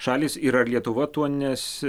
šalys ir ar lietuva tuo nesi